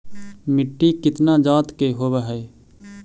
मिट्टी कितना जात के होब हय?